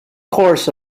course